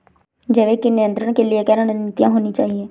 जैविक कीट नियंत्रण के लिए क्या रणनीतियां होनी चाहिए?